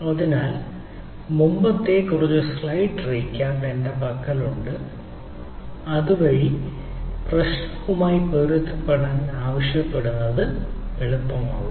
അതിനാൽ മുമ്പത്തെ കുറച്ച് സ്ലൈഡ് റീക്യാപ്പ് എന്റെ പക്കലുണ്ട് അതുവഴി പ്രശ്നവുമായി പൊരുത്തപ്പെടാൻ ആവശ്യപ്പെടുന്നത് എളുപ്പമാകും